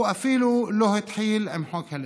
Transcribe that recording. הוא אפילו לא התחיל עם חוק הלאום.